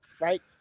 right